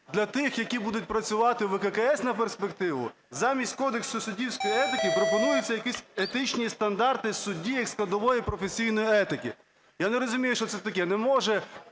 для тих, які будуть працювати у ВККС на перспективу, замість Кодексу суддівської етики пропонується якісь етичні стандарти судді як складової професійної етики. Я не розумію, що це таке, не можуть